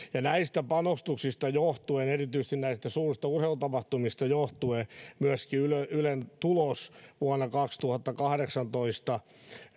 näistä panostuksista erityisesti näistä suurista urheilutapahtumista johtuen myöskin ylen tulos vuonna kaksituhattakahdeksantoista